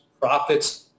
profits